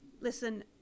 listen